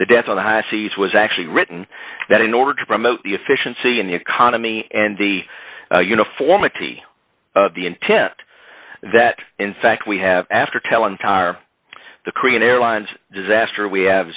the death on the high seas was actually written that in order to promote the efficiency and the economy and the uniformity of the intent that in fact we have after telling tar the korean airlines disaster we have